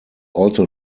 also